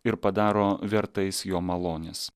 ir padaro vertais jo malonės